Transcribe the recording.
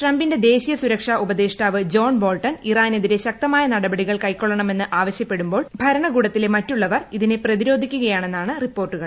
ട്രംപിന്റെ ദേശീയ സൂരക്ഷാ ഉപദേഷ്ടാവ് ജോൺ ബോൾട്ടൺ ഇറാനെതിരെ ശക്തമായ നടപടികൾ കൈക്കൊള്ളണമെന്ന് ആവശ്യപ്പെടുമ്പോൾ ഭരണകൂടത്തിലെ മറ്റുള്ളവർ ഇതിനെ പ്രതിരോധിക്കുകയാണെന്നാണ് റിപ്പോർട്ടുകൾ